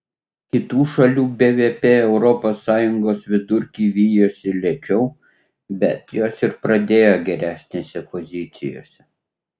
kitų šalių bvp europos sąjungos vidurkį vijosi lėčiau bet jos ir pradėjo geresnėse pozicijose